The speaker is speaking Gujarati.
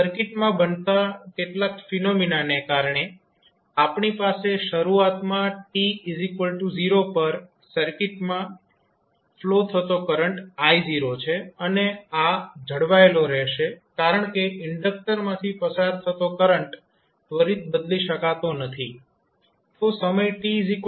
તો સર્કિટમાં બનતા કેટલાક ફીનોમિનાને કારણે આપણી પાસે શરૂઆતમાં સમય t0 પર સર્કિટમાં ફ્લો થતો કરંટ I0 છે અને આ જળવાયેલો રહેશે કારણ કે ઇન્ડક્ટર માંથી પસાર થતો કરંટ ત્વરિત બદલી શકાતો નથી